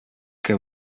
que